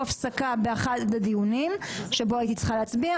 שסותרים את כל ההסכמים הקואליציוניים שנחתמו בין